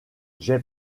j’ai